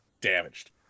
damaged